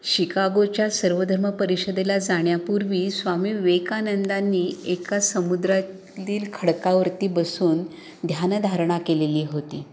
शिकागोच्या सर्वधर्म परिषदेला जाण्यापूर्वी स्वामी विवेकानंदांनी एका समुद्रातील खडकावरती बसून ध्यानधारणा केलेली होती